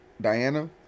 Diana